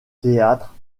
théâtre